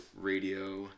radio